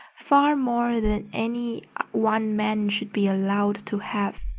far more than any one man should be allowed to have